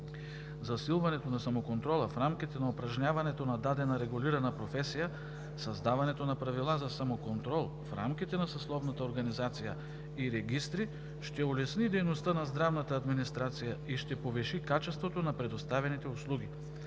Засилването на самоконтрола в рамките на упражняването на дадена регулирана професия, създаването на правила за самоконтрол в рамките на съсловната организация и регистри ще улесни дейността на здравната администрация, ще повиши качеството на предоставените услуги,